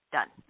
Done